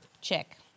Check